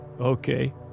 Okay